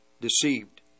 deceived